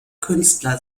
künstler